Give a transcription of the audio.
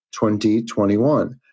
2021